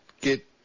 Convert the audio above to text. get